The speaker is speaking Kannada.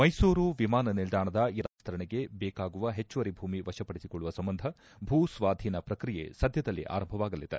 ಮೈಸೂರು ವಿಮಾನ ನಿಲ್ದಾಣದ ಎರಡನೇ ಹಂತದ ವಿಸ್ತರಣೆಗೆ ಬೇಕಾಗುವ ಹೆಚ್ಚುವರಿ ಭೂಮಿ ವಶಪಡಿಸಿಕೊಳ್ಳುವ ಸಂಬಂಧ ಭೂ ಸ್ವಾಧೀನ ಪ್ರಕ್ರಿಯೆ ಸದ್ಯದಲ್ಲೇ ಆರಂಭವಾಗಲಿದೆ